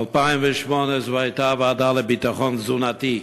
ב-2008 זו הייתה ועדה לביטחון תזונתי,